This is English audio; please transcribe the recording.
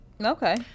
Okay